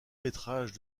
métrage